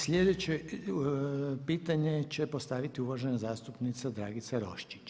Slijedeće pitanje će postaviti uvažena zastupnica Dragica Roščić.